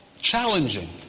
challenging